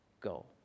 go